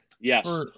Yes